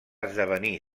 esdevenir